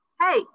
hey